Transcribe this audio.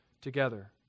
together